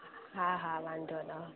हा हा वांदो न